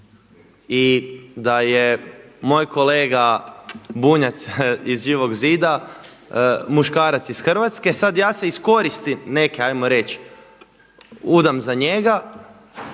i da je moj kolega Bunjac iz Živog zida muškarac iz Hrvatske sad ja se iz koristi neke ajmo reći udam za njega